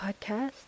Podcast